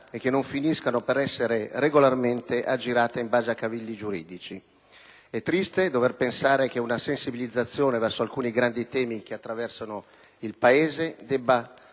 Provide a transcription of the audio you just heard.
e che non finiscano per essere regolarmente aggirate in base a cavilli giuridici. È triste dover pensare che una sensibilizzazione verso alcuni grandi temi che attraversano il Paese debba